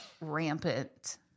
rampant